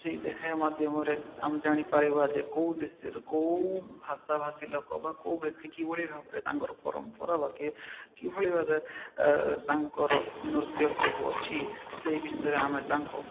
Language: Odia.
ସେଇ ଦେଖାଇ ମାଧ୍ୟମରେ ଆମେ ଜାଣିପାରିବା ଯେ କେଉଁ ଦେଶରେ କେଉଁ ଭାଷାଭାଷୀ ଲୋକ ବା କେଉଁ ବ୍ୟକ୍ତି କିଭଳି ଭାବରେ ତାଙ୍କର ପରମ୍ପରା ବା କି କିଭଳି ଭାବେ ତାଙ୍କର ନୃତ୍ୟ ସବୁ ଅଛି ସେଇ ବିଷୟରେ ଆମେ ତାଙ୍କ